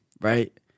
right